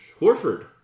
Horford